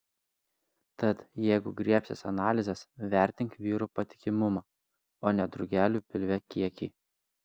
tad jeigu griebsiesi analizės vertink vyrų patikimumą o ne drugelių pilve kiekį